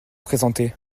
présenter